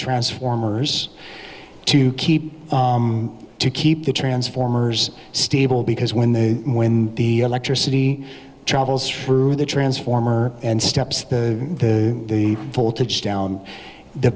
transformers to keep to keep the transformers stable because when they when the electricity travels for the transformer and steps the voltage down the